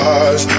eyes